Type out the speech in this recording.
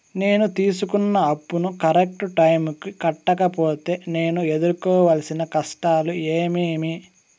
నేను తీసుకున్న అప్పును కరెక్టు టైముకి కట్టకపోతే నేను ఎదురుకోవాల్సిన కష్టాలు ఏమీమి?